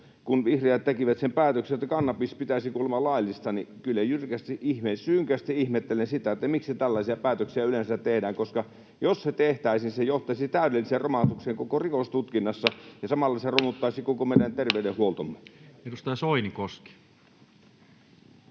kun vihreät tekivät sen päätöksen, että kannabis pitäisi kuulemma laillistaa, niin kyllä synkästi ihmettelen sitä, miksi tällaisia päätöksiä yleensä tehdään, koska jos se tehtäisiin, se johtaisi täydelliseen romahdukseen koko rikostutkinnassa ja samalla se romuttaisi koko meidän terveydenhuoltomme. [Speech